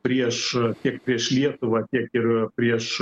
prieš tiek prieš lietuvą tiek ir prieš